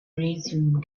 resume